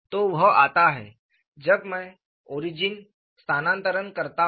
तो वह आता है जब मैं ओरिजिन स्थानांतरण करता हूं